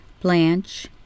Blanche